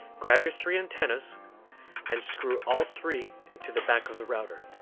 grab your three antennas and screw all three into the back of the router